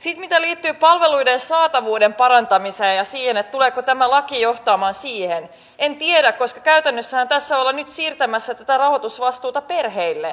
sitten mitä liittyy palveluiden saatavuuden parantamiseen ja siihen tuleeko tämä laki johtamaan siihen en tiedä koska käytännössähän tässä ollaan nyt siirtämässä tätä rahoitusvastuuta perheille